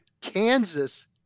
Kansas